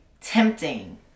tempting